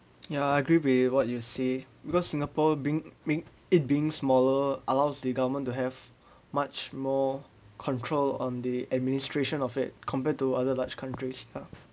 ya I agree with what you say because singapore being being it being smaller allows the government to have much more control on the administration of it compared to other large countries uh